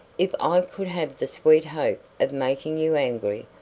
if i could have the sweet hope of making you angry,